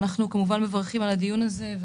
אנחנו כמובן מברכים על הדיון הזה.